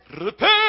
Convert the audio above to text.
repent